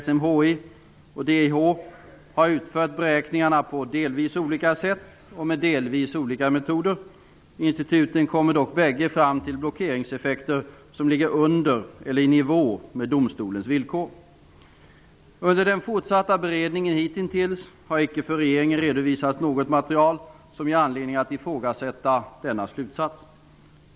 SMHI och DHI har utfört beräkningarna på delvis olika sätt och med delvis olika metoder. Instituten kommer dock bägge fram till blockeringseffekter som ligger under eller i nivå med domstolens villkor. Under den fortsatta beredningen har icke hitintills för regeringen redovisats något material som ger anledning att ifrågasätta denna slutsats.